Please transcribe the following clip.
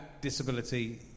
disability